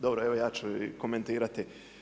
Dobro, evo ja ću komentirati.